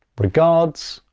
regards,